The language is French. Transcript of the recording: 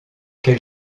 quel